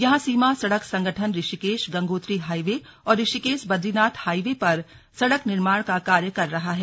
यहां सीमा सड़क संगठन ऋषिकेश गंगोत्री हाईवे और ऋषिकेश बदरीनाथ हाईवे पर सड़क निर्माण का कार्य कर रहा है